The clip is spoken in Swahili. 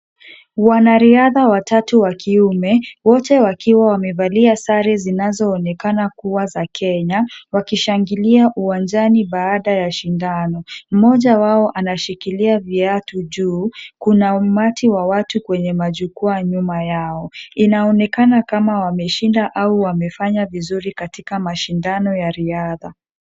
Wanariadha watatu wa kiume. Wote wakiwa wamevalia sare zinazoonekana kuwa za Kenya, wakishangilia uwanjani baada ya shindano. Mmoja wao anashikilia viatu juu. Kuna umati wa watu kwenye majukwaa nyuma yao. Inaonekana kama wameshinda au wamefanya vizuri katika mashindano ya riadha.